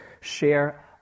share